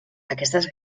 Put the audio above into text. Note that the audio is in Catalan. aquestes